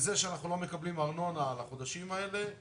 זה שאנחנו לא מקבלים פיצוי על ארנונה עבור החודשים האלה,